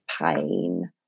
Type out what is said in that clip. pain